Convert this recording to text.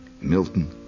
Milton